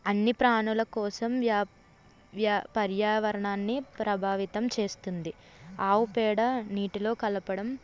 అన్ని ప్రాణుల కోసం వ్యా వ్యా పర్యావరణాన్ని ప్రభావితం చేస్తుంది ఆవు పేడ నీటిలో కలపడం